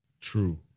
True